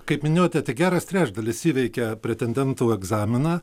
kaip minėjote tai geras trečdalis įveikia pretendentų egzaminą